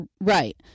Right